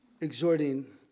exhorting